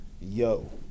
Yo